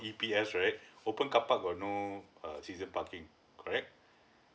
E_P_S right open carpark got no uh season parking correct